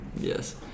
yes